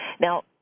Now